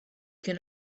can